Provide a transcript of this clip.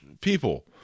people